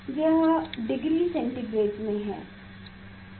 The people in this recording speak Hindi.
यह डिग्री सेंटीग्रेड में है